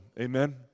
amen